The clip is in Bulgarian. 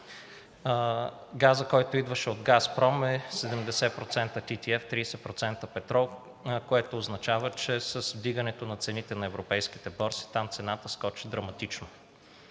Газът, който идваше от „Газпром“, е 70% TTF, 30% петрол, което означава, че с вдигането на цените на европейските борси там цената скочи драматично